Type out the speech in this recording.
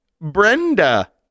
Brenda